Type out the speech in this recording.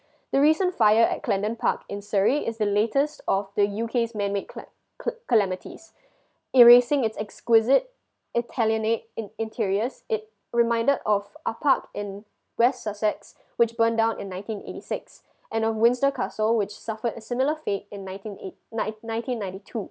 the recent fire at clandon park in surrey is the latest of the U_K's man made cam~ calamities erasing it's exquisite Italianate in~ interiors it reminded of a park in west sussex which burn down in nineteen eighty six and of windsor castle which suffer a similar fate in nineteen eight nine nineteen ninety two